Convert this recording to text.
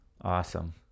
Awesome